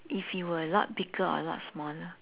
if it were a lot bigger or a lot smaller